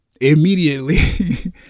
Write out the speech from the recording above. immediately